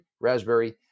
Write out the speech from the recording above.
raspberry